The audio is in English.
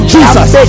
Jesus